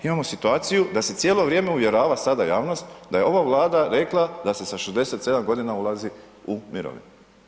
Imamo situaciju da se cijelo vrijeme uvjerava sada javnost da je ova Vlada rekla da se sa 67 godina ulazi u mirovinu.